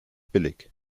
billig